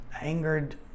angered